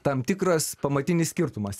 tam tikras pamatinis skirtumas